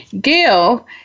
Gail